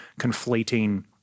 conflating